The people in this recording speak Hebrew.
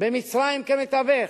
במצרים כמתווך,